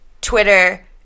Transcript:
Twitter